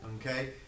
okay